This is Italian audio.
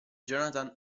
jonathan